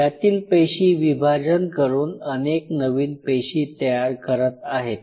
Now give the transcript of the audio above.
यातील पेशी विभाजन करून अनेक नवीन पेशी तयार करत आहेत